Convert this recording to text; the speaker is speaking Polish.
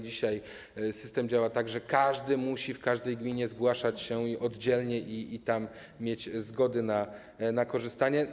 Dzisiaj system działa tak, że każdy musi w każdej gminie zgłaszać się oddzielnie i tam mieć zgody na korzystanie z tego.